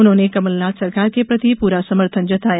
उन्होंने कमलनाथ सरकार के प्रति पूरा समर्थन जताया